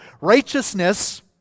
Righteousness